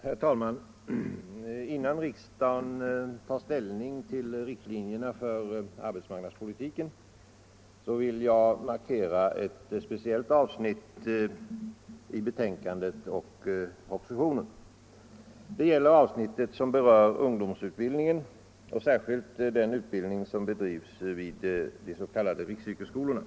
Herr talman! Innan riksdagen tar ställning till riktlinjerna för arbetsmarknadspolitiken vill jag markera ett speciellt avsnitt i betänkandet och i propositionen. Det gäller ungdomsutbildningen och särskilt den utbildning som bedrivs vid riksyrkesskolorna.